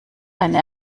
eine